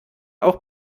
auch